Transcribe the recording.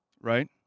right